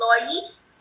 employees